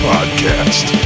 Podcast